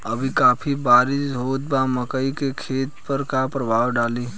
अभी काफी बरिस होत बा मकई के खेत पर का प्रभाव डालि?